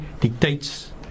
dictates